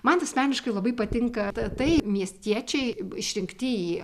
man asmeniškai labai patinka ta tai miestiečiai išrinktieji